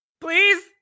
Please